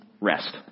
rest